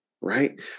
right